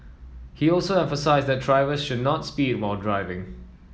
he also emphasised that drivers should not speed when driving